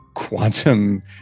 quantum